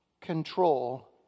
control